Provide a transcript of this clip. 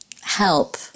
help